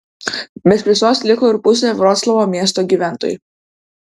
be šviesos liko ir pusė vroclavo miesto gyventojų